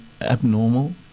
abnormal